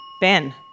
Ben